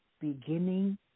beginning